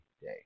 day